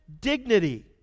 dignity